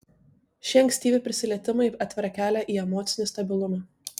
šie ankstyvi prisilietimai atveria kelią į emocinį stabilumą